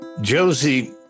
Josie